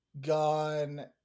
gone